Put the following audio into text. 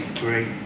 great